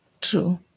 True